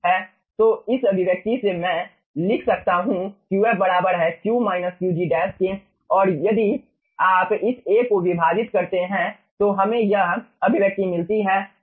तो इस अभिव्यक्ति से मैं लिख सकता हूँ Qf बराबर है Q माइनस Qg के और यदि आप इसे A से विभाजित करते हैं तो हमें यह अभिव्यक्ति मिलती है